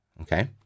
okay